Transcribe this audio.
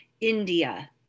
India